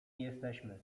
jesteśmy